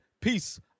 Peace